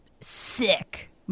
sick